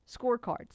scorecards